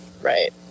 right